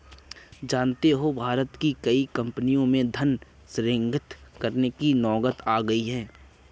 जानते हो भारत की कई कम्पनियों में धन सृजन करने की नौबत आ गई है